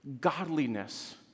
godliness